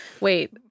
Wait